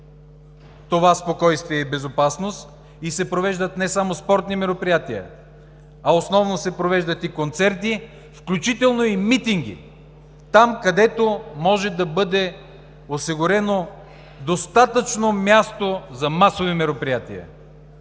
това спокойствие и безопасност и се провеждат не само спортни мероприятия, а основно се провеждат концерти, включително и митинги – там, където може да бъде осигурено достатъчно място за масови мероприятия.